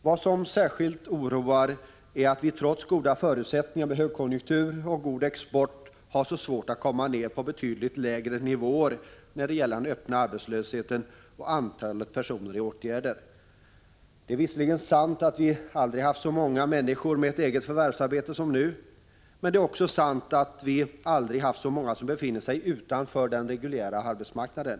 Vad som särskilt oroar är att vi trots goda förutsättningar — trots högkonjunktur och god export — har så svårt att komma ned på betydligt lägre nivåer när det gäller den öppna arbetslösheten och antalet personer som är föremål för arbetsmarknadspolitiska åtgärder. Det är visserligen sant att vi aldrig har haft så många människor med förvärvsarbete som vi nu har. Men det är också sant att vi aldrig har haft så många som befinner sig utanför den reguljära arbetsmarknaden.